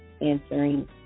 answering